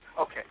Okay